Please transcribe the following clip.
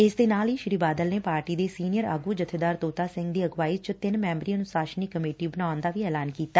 ਇਸ ਦੇ ਨਾਲ ਹੀ ਸ੍ਰੀ ਬਾਦਲ ਨੇ ਪਾਰਟੀ ਦੇ ਸੀਨੀਅਰ ਆਗੁ ਜਬੇਦਾਰ ਤੋਤਾ ਸਿੰਘ ਦੀ ਅਗਵਾਈ ਵਿਚ ਤਿੰਨ ਮੈਬਰੀ ਅਨੁਸ਼ਾਸਨੀ ਕਮੇਟੀ ਬਣਾਉਣ ਦਾ ਵੀ ਐਲਾਨ ਕੀਤਾ